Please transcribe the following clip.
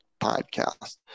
podcast